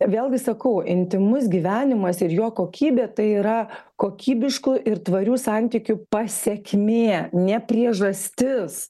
vėlgi sakau intymus gyvenimas ir jo kokybė tai yra kokybiškų ir tvarių santykių pasekmė ne priežastis